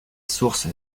source